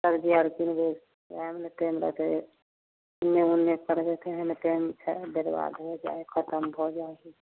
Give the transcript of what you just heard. सब्जी आर किनबै ओहेमे ने टाइम लगतै एने ओने करबै तहियेमे टाइम छै बरबाद हो जाइ हय खतम भऽ जाइ हय